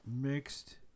mixed